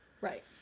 Right